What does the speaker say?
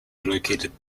located